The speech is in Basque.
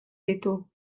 ditu